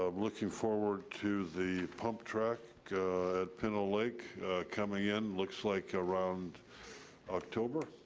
um looking forward to the pumptrack at penna lake coming in, looks like around october,